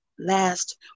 last